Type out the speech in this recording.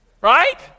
right